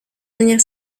manière